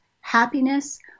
happiness